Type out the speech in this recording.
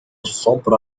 الصبر